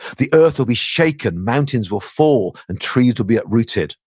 the earth will be shaken mountains will fall and trees will be uprooted.